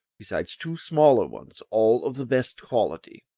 besides two smaller ones, all of the best quality.